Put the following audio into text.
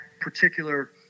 particular